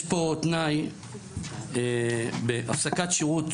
יש פה תנאי בהפסקת שירות,